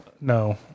No